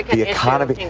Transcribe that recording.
the economy,